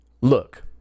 Look